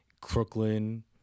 crooklyn